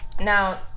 now